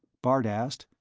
bart asked,